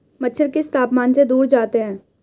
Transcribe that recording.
मच्छर किस तापमान से दूर जाते हैं?